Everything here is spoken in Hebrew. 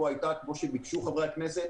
כמו שביקשו חברי הכנסת,